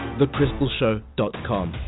thecrystalshow.com